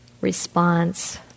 response